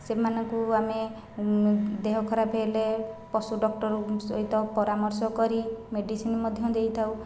ସେମାନଙ୍କୁ ଆମେ ଦେହ ଖରାପ ହେଲେ ପଶୁ ଡକ୍ଟରଙ୍କ ସହିତ ପରାମର୍ଶ କରି ମେଡିସିନ ମଧ୍ୟ ଦେଇଥାଉ